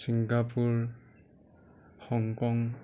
Singapore Hong Kong